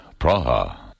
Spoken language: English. Praha